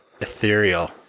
Ethereal